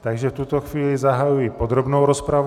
V tuto chvíli zahajuji podrobnou rozpravu.